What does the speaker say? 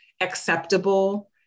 acceptable